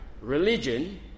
Religion